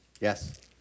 Yes